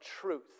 truth